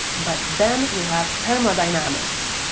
but then we have thermodynamics.